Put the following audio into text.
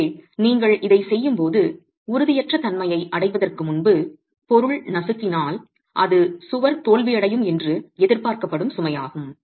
எனவே நீங்கள் இதைச் செய்யும்போது உறுதியற்ற தன்மையை அடைவதற்கு முன்பு பொருள் நசுக்கினால் அது சுவர் தோல்வியடையும் என்று எதிர்பார்க்கப்படும் சுமையாகும்